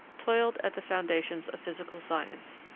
toiled at the foundations of physical science.